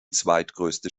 zweitgrößte